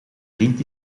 vriend